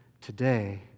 today